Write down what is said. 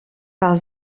par